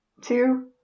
two